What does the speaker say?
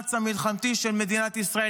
למאמץ המלחמתי של מדינת ישראל.